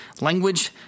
language